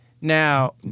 now